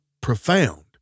profound